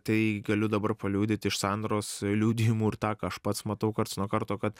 tai galiu dabar paliudyti iš sandros liudijimų ir tą ką aš pats matau karts nuo karto kad